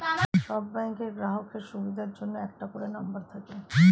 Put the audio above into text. সব ব্যাংকের গ্রাহকের সুবিধার জন্য একটা করে নম্বর থাকে